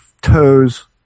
toes